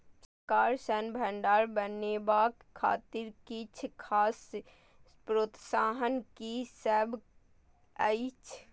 सरकार सँ भण्डार बनेवाक खातिर किछ खास प्रोत्साहन कि सब अइछ?